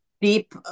deep